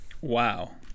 Wow